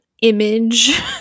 image